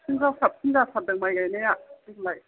साबसिननिफ्राय साबसिन जाथारदों माइ गायनाया देग्लाय